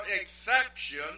exception